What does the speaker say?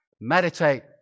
meditate